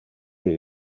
que